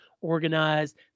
organized